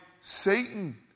Satan